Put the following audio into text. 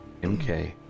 MK